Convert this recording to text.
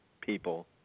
people